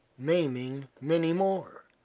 maiming many more.